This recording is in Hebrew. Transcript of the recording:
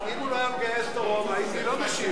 אם לא היה מגייס את הרוב, לא הייתי משיב.